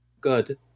Good